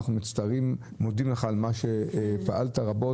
אנחנו מודים לך על מה שפעלת רבות,